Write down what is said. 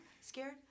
scared